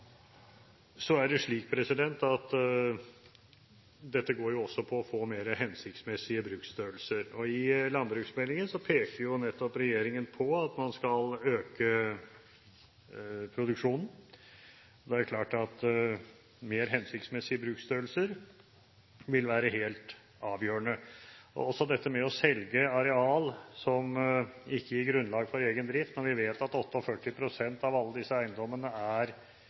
Dette går også på å få mer hensiktsmessige bruksstørrelser. I landbruksmeldingen peker nettopp regjeringen på at man skal øke produksjonen. Det er klart at mer hensiktsmessige bruksstørrelser vil være helt avgjørende, og også det å selge areal som ikke gir grunnlag for egen drift, når vi vet at 48 pst. av alle disse eiendommene er